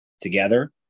together